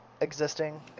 existing